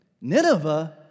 Nineveh